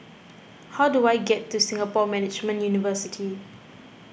how do I get to Singapore Management University